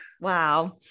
Wow